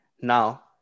now